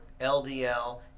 LDL